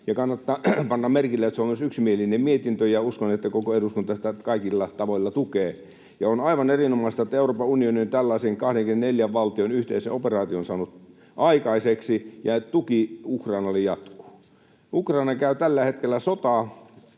Kannattaa panna merkille, että se on myös yksimielinen mietintö, ja uskon, että koko eduskunta sitä kaikilla tavoilla tukee. On aivan erinomaista, että Euroopan unioni on tällaisen 24 valtion yhteisen operaation saanut aikaiseksi ja tuki Ukrainalle jatkuu. Ukraina käy tällä hetkellä sotaa